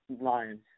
Lions